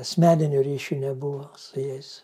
asmeninio ryšio nebuvo su jais